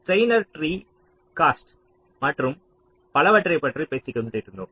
Steiner ட்ரீயின் cost மற்றும் பலவற்றைப் பற்றி பேசிக் கொண்டிருந்தோம்